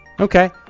okay